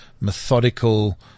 methodical